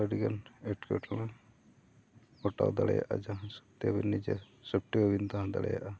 ᱟᱹᱰᱤᱜᱟᱱ ᱮᱴᱠᱮᱴᱚᱬᱮ ᱜᱷᱚᱴᱟᱣ ᱫᱟᱲᱮᱭᱟᱜᱼᱟ ᱡᱟᱦᱟᱸ ᱛᱮ ᱟᱵᱤᱱ ᱱᱤᱡᱮ ᱦᱚᱸ ᱵᱟᱵᱤᱱ ᱛᱟᱦᱮᱸ ᱫᱟᱲᱮᱭᱟᱜᱼᱟ